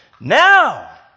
now